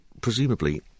presumably